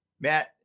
Matt